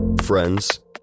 friends